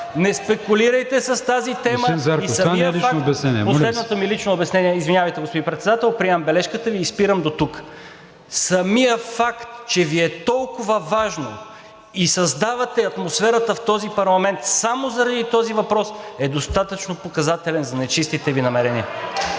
и спирам дотук. …Самият факт, че Ви е толкова важно и създавате атмосферата в този парламент само заради този въпрос, е достатъчно показателен за нечистите Ви намерения.